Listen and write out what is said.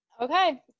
Okay